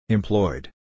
Employed